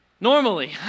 Normally